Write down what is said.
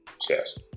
Cheers